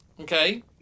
Okay